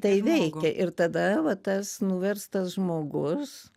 tai veikia ir tada va tas nuverstas žmogus